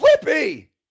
Flippy